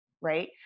right